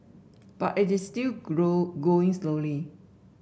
but it is still grow going slowly